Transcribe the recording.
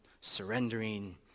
surrendering